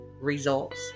results